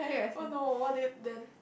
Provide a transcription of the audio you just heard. what no what did then